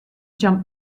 jump